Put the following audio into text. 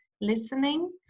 listening